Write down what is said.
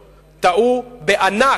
בגדול, טעו בענק,